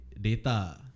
data